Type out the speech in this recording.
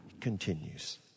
continues